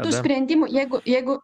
tų sprendimų jeigu jeigu